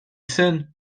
syn